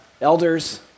elders